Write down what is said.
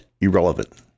irrelevant